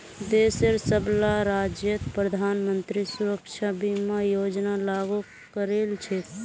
देशेर सबला राज्यत प्रधानमंत्री सुरक्षा बीमा योजना लागू करील छेक